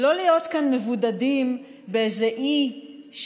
לא להיות מבודדים באיזה אי,